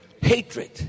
hatred